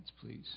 please